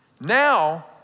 Now